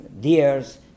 deers